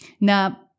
Now